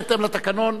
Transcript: בהתאם לתקנון,